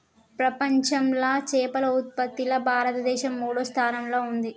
ప్రపంచంలా చేపల ఉత్పత్తిలా భారతదేశం మూడో స్థానంలా ఉంది